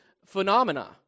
phenomena